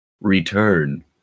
return